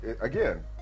again